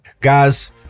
guys